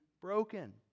broken